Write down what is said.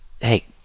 hey